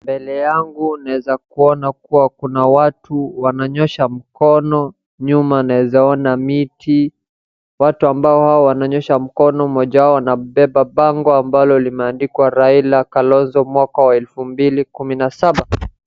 Mbele yangu naeza kuona kuwa kuna watu wananyosha mkono. Nyuma naeza ona miti .Watu ambao hawo wananyosha mkono moja wao anabeba bango ambalo limeandikwa Raila Kalonzo mwaka wa elfu mbili kumi na saba.